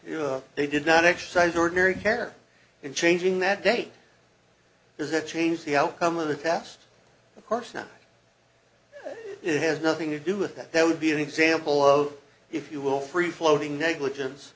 legit they did not exercise ordinary care in changing that date does it change the outcome of the past of course now it has nothing to do with that that would be an example of if you will free floating negligence